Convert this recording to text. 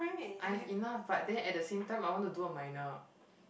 I have enough but then at the same time I want to do a minor